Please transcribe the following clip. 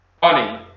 funny